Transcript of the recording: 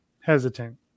hesitant